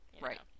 right